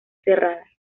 cerrada